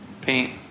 paint